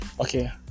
okay